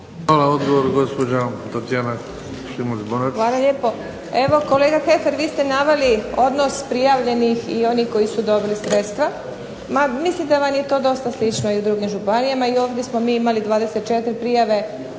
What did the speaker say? **Šimac Bonačić, Tatjana (SDP)** Hvala lijepo. Evo kolega Heffer vi ste naveli odnos prijavljenih i onih koji su dobili sredstva. Ma mislim da vam je to dosta slično i u drugim županijama. I ovdje smo mi imali 24 prijave,